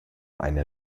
eine